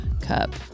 cup